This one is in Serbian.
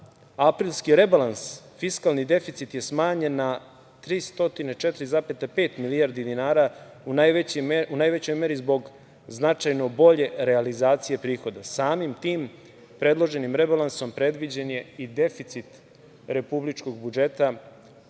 aprilski rebalans fiskalni deficit je smanjen na 304,5 milijardi dinara, a u najvećoj meri zbog značajno bolje realizacije prihoda. Samim tim, predloženim rebalansom predviđen je i deficit republičkog budžeta